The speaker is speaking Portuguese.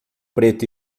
preto